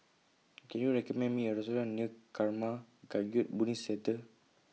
Can YOU recommend Me A Restaurant near Karma Kagyud Buddhist Centre